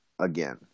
again